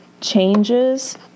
changes